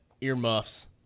earmuffs